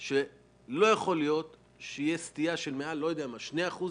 לא יכול להיות שתהיה סטייה של מעל שני אחוז